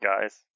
guys